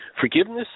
Forgiveness